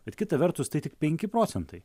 bet kita vertus tai tik penki procentai